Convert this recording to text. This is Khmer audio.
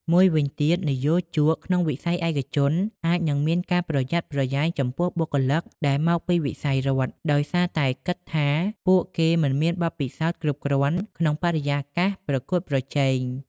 មួយវិញទៀត និយោជកក្នុងវិស័យឯកជនអាចនឹងមានការប្រយ័ត្នប្រយែងចំពោះបុគ្គលិកដែលមកពីវិស័យរដ្ឋ ដោយសារតែគិតថាពួកគេមិនមានបទពិសោធន៍គ្រប់គ្រាន់ក្នុងបរិយាកាសប្រកួតប្រជែង។